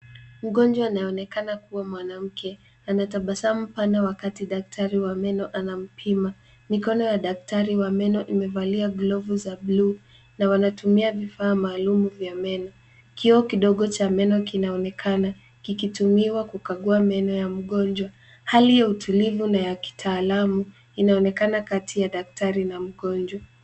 Mgonjwa anayeonekana kuwa mwanamke, anatabasamu pana wakati daktari wa meno anampima. Mikono ya daktari wa meno imevalia glovu za bluu na wanatumia vifaa maalum vya meno. Kioo kidogo cha meno kinaonekana kikitumiwa kukagua meno ya mgonjwa. Hali ya utulivu na kitaalamu inaonekana kati ya daktari na mgonjwa.